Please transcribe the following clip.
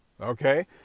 Okay